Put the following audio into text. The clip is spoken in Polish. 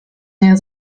nie